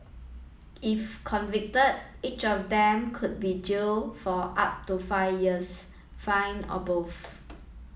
if convicted each of them could be jail for up to five years fine or both